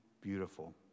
beautiful